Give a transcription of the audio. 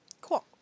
Cool